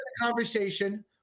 conversation